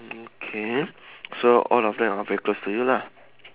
mm okay so all of them are very close to you lah